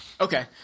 Okay